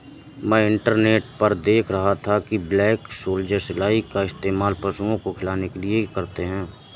मैं इंटरनेट पर देख रहा था कि ब्लैक सोल्जर सिलाई का इस्तेमाल पशुओं को खिलाने के लिए करते हैं